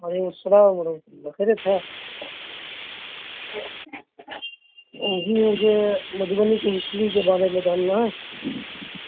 وعلیکم السلام ورحمتل خیریت ہے جی مجھے مدھوبنی کی ہسٹری کے بارے میں جاننا ہے